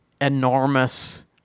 enormous